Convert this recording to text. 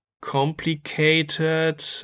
complicated